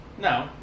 No